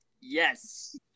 yes